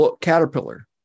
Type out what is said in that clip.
Caterpillar